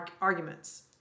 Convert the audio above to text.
arguments